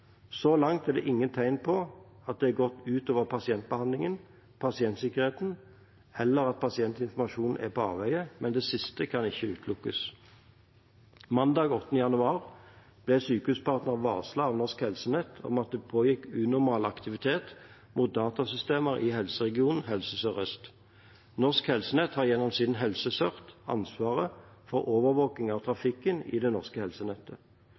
Så langt er det ingen tegn til at det har gått ut over pasientbehandlingen, pasientsikkerheten, eller at pasientinformasjon er på avveier, men det siste kan ikke utelukkes. Mandag 8. januar ble Sykehuspartner varslet av Norsk Helsenett om at det pågikk unormal aktivitet mot datasystemer i helseregionen Helse Sør-Øst. Norsk Helsenett har gjennom sin HelseCERT ansvaret for overvåkning av trafikken i det norske helsenettet.